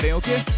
okay